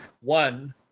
One